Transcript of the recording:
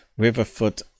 Riverfoot